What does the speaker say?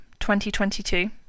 2022